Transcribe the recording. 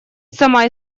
сама